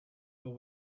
but